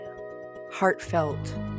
heartfelt